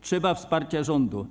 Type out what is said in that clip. Trzeba wsparcia rządu.